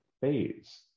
phase